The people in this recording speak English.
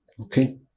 Okay